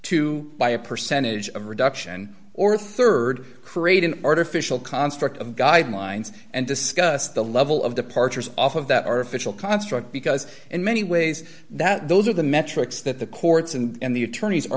to by a percentage of reduction or rd create an artificial construct of guidelines and discuss the level of departures off of that artificial construct because in many ways that those are the metrics that the courts and the attorneys are